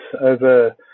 over